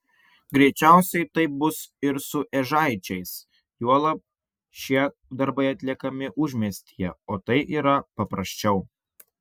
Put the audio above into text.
greičiausiai taip bus ir su ežaičiais juolab šie darbai atliekami užmiestyje o tai yra paprasčiau